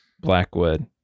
Blackwood